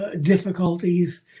difficulties